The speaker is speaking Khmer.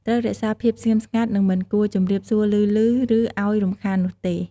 ត្រូវរក្សាភាពស្ងៀមស្ងាត់ និងមិនគួរជម្រាបសួរឮៗ ឬអោយរំខាននោះទេ។